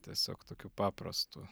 tiesiog tokiu paprastu